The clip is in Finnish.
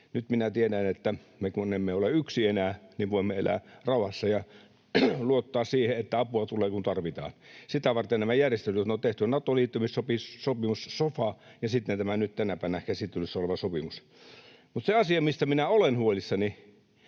Nyt minä tiedän, että me kun emme ole yksin enää, niin voimme elää rauhassa ja luottaa siihen, että apua tulee, kun tarvitaan. Sitä varten nämä järjestelyt on tehty: Nato-liittymissopimus, sofa ja sitten tämä nyt tänäpänä käsittelyssä oleva sopimus. Mutta se asia, mistä minä olen huolissani,